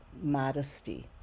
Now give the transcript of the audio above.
modesty